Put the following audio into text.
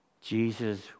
Jesus